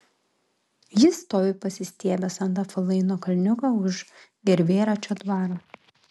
jis stovi pasistiebęs ant apvalaino kalniuko už gervėračio dvaro